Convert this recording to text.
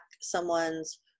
someone's